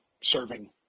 serving